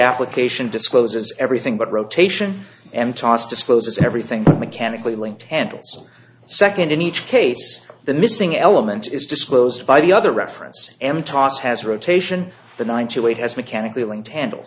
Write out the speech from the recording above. application discloses everything but rotation and toss disposes everything mechanically linked handles second in each case the missing element is disclosed by the other reference m toss has rotation the nine to eight has mechanically linked handle